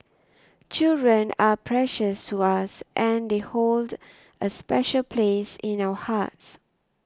children are precious to us and they hold a special place in our hearts